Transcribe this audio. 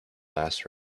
last